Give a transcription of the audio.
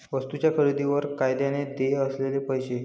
वस्तूंच्या खरेदीवर कायद्याने देय असलेले पैसे